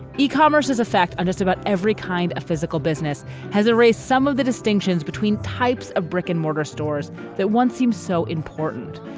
e-commerce is a fact of just about every kind of physical business has erased some of the distinctions between types of brick and mortar stores that once seemed so important.